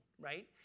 right